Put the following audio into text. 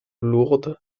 lourdes